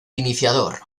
iniciador